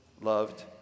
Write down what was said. loved